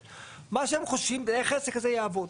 מה שהם חושבים זה איך העסק הזה יעבוד?